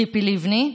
ציפי לבני,